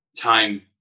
time